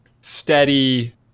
steady